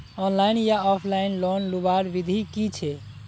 Online या offline loan लुबार विधि की छे?